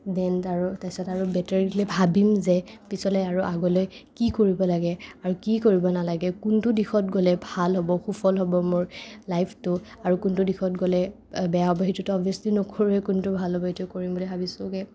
then আৰু তাছত আৰু বেটাৰলি ভাবিম যে পিছলে আৰু আগলে কি কৰিব লাগে আৰু কি কৰিব নালাগে কোনটো দিশত গ'লে ভাল হ'ব সুফল হ'ব মোৰ লাইফটো আৰু কোনটো দিশত গ'লে বেয়া হ'ব সেইটোতো অবভিয়াচ্লি নকৰোৱেই কোনটো ভাল হ'ব সেইটোৱে কৰিম বুলি ভাবিছোগে